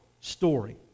story